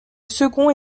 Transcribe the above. second